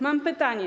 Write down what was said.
Mam pytanie.